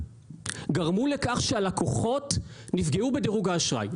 גרמו לכך שהלקוחות נפגעו בדירוג האשראי.